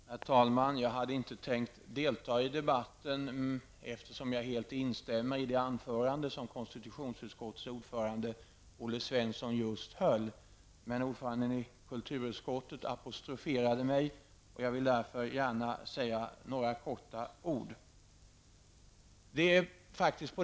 Herr talman! Jag hade inte tänkt delta i debatten, eftersom jag helt instämmer i det anförande som konstitutionsutskottets ordförande Olle Svensson just höll, men ordföranden i kulturutskottet apostroferade mig och därför vill jag gärna säga några ord.